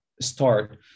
start